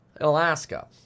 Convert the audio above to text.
Alaska